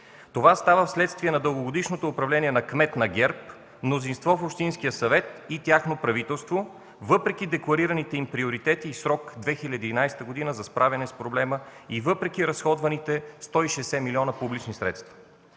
Това става вследствие на дългогодишното управление на кмет на ГЕРБ, мнозинство в общинския съвет и тяхно правителство, въпреки декларираните им приоритети и срок 2011 г. за справяне с проблема и въпреки разходваните 160 милиона публични средства.